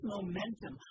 Momentum